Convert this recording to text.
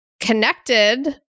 connected